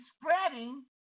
spreading